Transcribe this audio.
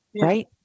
right